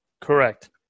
correct